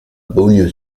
beaulieu